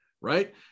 right